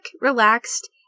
relaxed